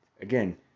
again